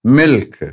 milk